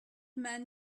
man